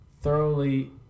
thoroughly